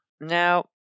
now